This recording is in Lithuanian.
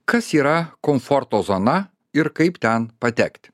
kas yra komforto zona ir kaip ten patekti